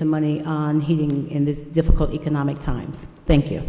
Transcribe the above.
some money on heating in this difficult economic times thank you